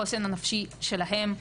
החוסן הנפשי שלהם,